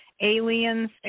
aliens